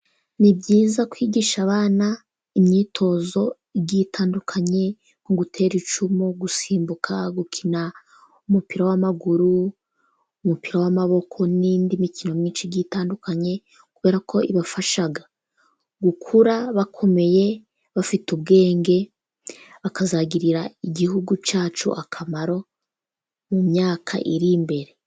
Ni byiza kwigisha abana imyitozo igiye itandukanye nko gutera icumu, gusimbuka, gukina umupira w'amaguru, umupira w'amaboko n'indi mikino myinshi igiye itandukanye, kubera ko ibafasha gukura bakomeye bafite ubwenge, bakazagirira igihugu cyacu akamaro mu myaka iri imbere.